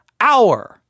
hour